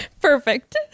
Perfect